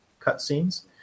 cutscenes